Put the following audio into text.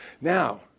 Now